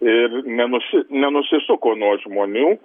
ir nenusi nenusisuko nuo žmonių